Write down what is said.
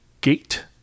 Gate